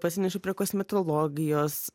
pasinešiau prie kosmetologijos